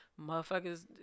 Motherfuckers